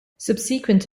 subsequent